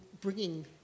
bringing